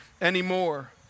anymore